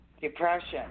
depression